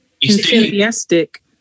Enthusiastic